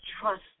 trust